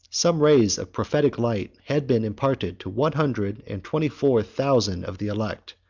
some rays of prophetic light had been imparted to one hundred and twenty-four thousand of the elect,